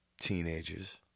teenagers